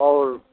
आओर